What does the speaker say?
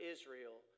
Israel